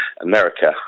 America